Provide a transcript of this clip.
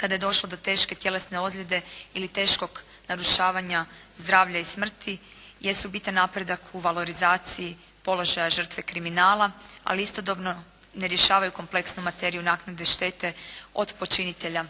kada je došlo do teške tjelesne ozljede ili teškog narušavanja zdravlja i smrti jesu bitan napredak u valorizaciji položaja žrtve kriminala, ali istodobno ne rješavaju kompleksnu materiju naknade štete od počinitelja